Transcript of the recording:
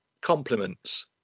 compliments